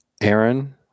Aaron